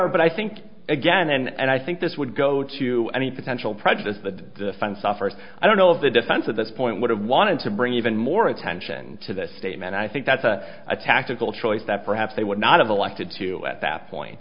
or but i think again and i think this would go to any potential prejudice that fence offers i don't know if the defense at this point would have wanted to bring even more attention to this statement i think that's a tactical choice that perhaps they would not have elected to at that point